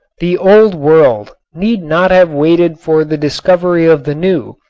the old world need not have waited for the discovery of the new,